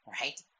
right